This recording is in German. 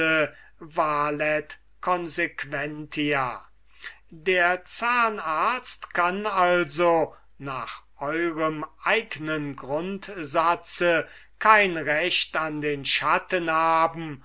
consequentia der zahnarzt kann also nach eurem eignen grundsatz kein recht an den schatten haben